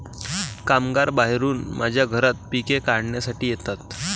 कामगार बाहेरून माझ्या घरात पिके काढण्यासाठी येतात